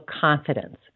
confidence